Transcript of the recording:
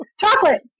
Chocolate